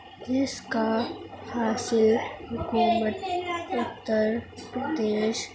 جس کا حاصل حکومت اتر پردیش